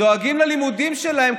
דואגים ללימודים שלהם,